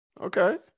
Okay